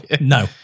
No